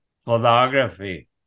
photography